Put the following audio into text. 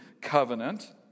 Covenant